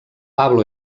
pablo